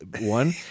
one